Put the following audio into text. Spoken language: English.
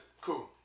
cool